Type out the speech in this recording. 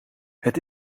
het